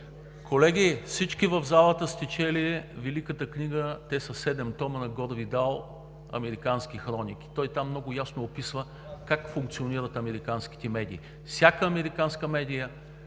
Колеги, всички в залата сте чели великата книга – те са седем тома, на Гор Видал „Американски хроники“. Той там много ясно описва как функционират американските медии. Всяка американска медия